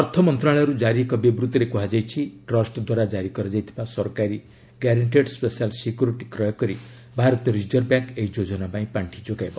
ଅର୍ଥ ମନ୍ତ୍ରଣାଳୟରୁ କାରି ଏକ ବିବୃତିରେ କୁହାଯାଇଛି ଟ୍ରଷ୍ଟ ଦ୍ୱାରା କାରି କରାଯାଇଥିବା ସରକାରୀ ଗ୍ୟାରେଷ୍ଟେଡ୍ ସ୍ବେଶାଲ୍ ସିକ୍ୟୁରିଟି କ୍ରୟ କରି ଭାରତୀୟ ରିଜର୍ଭ ବ୍ୟାଙ୍କ୍ ଏହି ଯୋଜନା ପାଇଁ ପାଖି ଯୋଗାଇବ